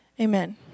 Amen